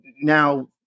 now